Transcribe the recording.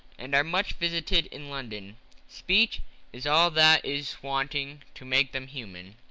and are much visited in london speech is all that is wanting to make them human.